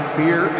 fear